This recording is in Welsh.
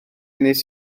wnes